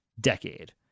decade